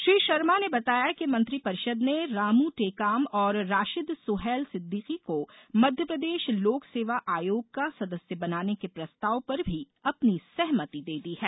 श्री शर्मा ने बताया कि मंत्रिपरिषद ने रामू टेकाम और राशिद सुहेल सिद्धिकी को मध्यप्रदेश लोक सेवा आयोग का सदस्य बनाने के प्रस्ताव पर भी अपनी सहमति दी है